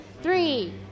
three